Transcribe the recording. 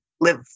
live